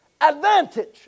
Advantage